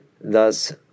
Thus